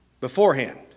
beforehand